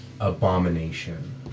abomination